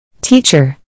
Teacher